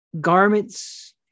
garments